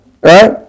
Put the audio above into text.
right